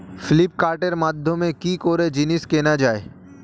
ফ্লিপকার্টের মাধ্যমে কি করে জিনিস কেনা যায়?